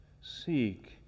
seek